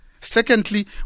Secondly